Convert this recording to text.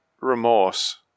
remorse